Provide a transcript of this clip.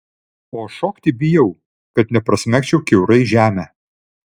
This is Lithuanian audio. o šokti bijau kad neprasmegčiau kiaurai žemę